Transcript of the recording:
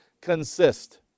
consist